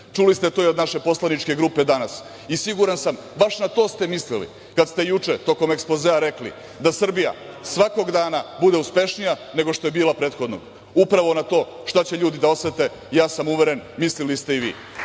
Čuli ste to i od naše poslaničke grupe danas i, siguran sam, baš na to ste mislili kad ste juče tokom ekspozea rekli da Srbija svakog dana bude uspešnija nego što je bila prethodnog. Upravo na to šta će ljudi da osete, ja sam uveren mislili ste i vi. Da